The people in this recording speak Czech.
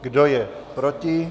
Kdo je proti?